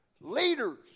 Leaders